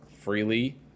freely